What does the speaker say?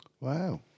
Wow